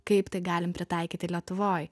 kaip tai galim pritaikyti lietuvoj